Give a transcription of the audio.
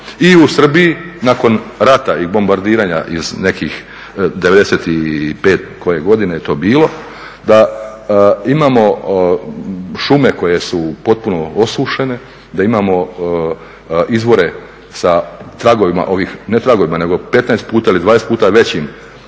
i u Srbiji nakon rata i bombardiranja iz nekih '95. koje godine je to bilo, da imamo šume koje su potpuno osušene, da imamo izvore sa tragovima ovih, ne tragovima nego 15 puta ili 20 puta većim